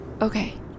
Okay